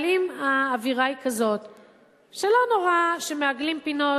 אבל אם האווירה היא כזו שלא נורא שמעגלים פינות,